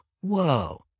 whoa